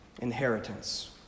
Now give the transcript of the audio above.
inheritance